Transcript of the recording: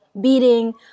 beating